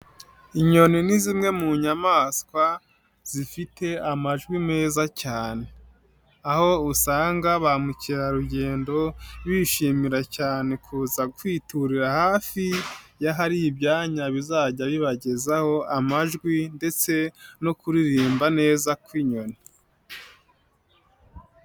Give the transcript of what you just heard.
Inyoni ni zimwe mu nyamaswa, zifite amajwi meza cyane. Aho usanga ba mukerarugendo bishimira cyane kuza kwiturira hafi, yahari ibyanya bizajya bibagezaho amajwi ndetse, no kuririmba neza kw'inyoni.